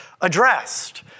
addressed